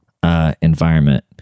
Environment